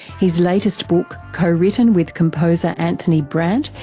his latest book, co-written with composer anthony brandt,